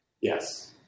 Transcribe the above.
Yes